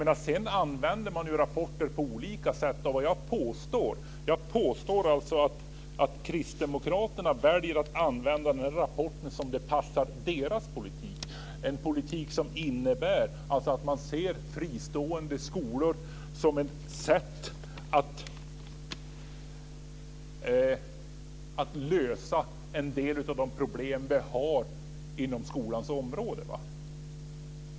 Man kan använda rapporter på olika sätt, och jag påstår att kristdemokraterna väljer att använda rapporten som det passar deras politik, en politik som innebär att man ser fristående skolor som ett sätt att lösa en del av de problem som finns inom skolans område.